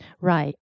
Right